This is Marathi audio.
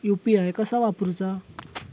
यू.पी.आय कसा वापरूचा?